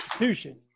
institution